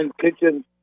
kitchen